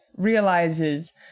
Realizes